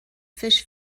fish